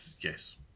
yes